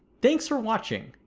thanks for watching.